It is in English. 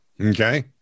Okay